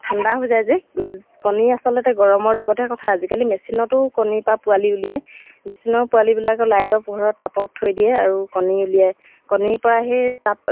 বহুতখিনি কষ্টও হয় আচলতে এইবিলাক কৰোঁতে ত' মই আচলতে কামটো যিহেতু মই ভাল পাওঁ সেইকাৰণে মোৰ কাৰণে ইমান কষ্ট নহয় বাৰু তথাপিও